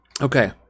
Okay